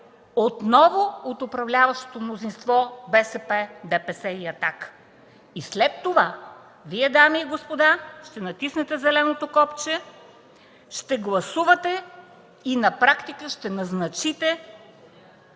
отново от управляващото мнозинство – БСП, ДПС и „Атака”. След това, Вие дами и господа, ще натиснете зеленото копче, ще гласувате и на практика ще назначите